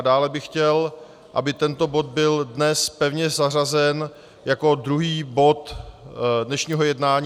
Dále bych chtěl, aby tento bod byl dnes pevně zařazen jako druhý bod dnešního jednání.